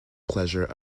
pleasure